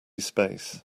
space